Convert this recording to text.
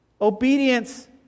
Obedience